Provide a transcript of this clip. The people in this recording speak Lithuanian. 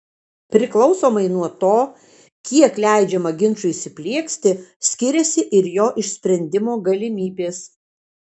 priklausomai nuo to kiek leidžiama ginčui įsiplieksti skiriasi ir jo išsprendimo galimybės